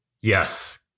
Yes